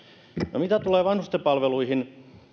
no mitä tulee vanhustenpalveluihin